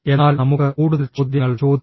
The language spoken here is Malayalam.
എന്നാൽ നമുക്ക് കൂടുതൽ ചോദ്യങ്ങൾ ചോദിക്കാം